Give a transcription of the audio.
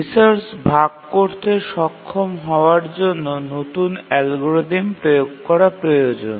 resource ভাগ করতে সক্ষম হওয়ার জন্য নতুন অ্যালগরিদম প্রয়োগ করা প্রয়োজন